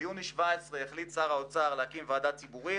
ביוני 2017 החליט שר האוצר להקים ועדה ציבורית